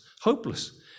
hopeless